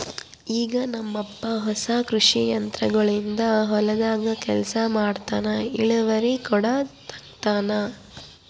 ಈಗ ನಮ್ಮಪ್ಪ ಹೊಸ ಕೃಷಿ ಯಂತ್ರೋಗಳಿಂದ ಹೊಲದಾಗ ಕೆಲಸ ಮಾಡ್ತನಾ, ಇಳಿವರಿ ಕೂಡ ತಂಗತಾನ